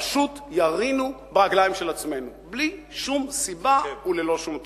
פשוט ירינו ברגליים של עצמנו בלי שום סיבה וללא שום טעם.